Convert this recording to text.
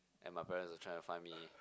and my parents will try to find me